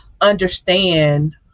understand